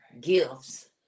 Gifts